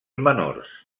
menors